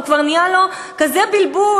כבר נהיה לו כזה בלבול,